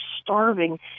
starving